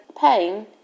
pain